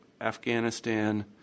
Afghanistan